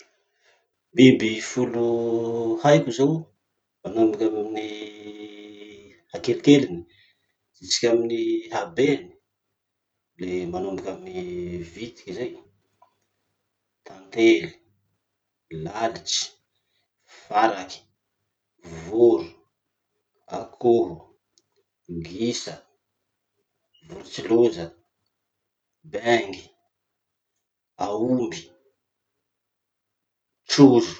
Biby folo haiko zany manomboky amin'ny hakelikeliny jusqu'amin'ny habeny. Le manomboky amin'ny vitiky zay, tantely, lalitsy, faraky, voro, akoho, gisa, vorotsiloza, bengy, aomby, trozo.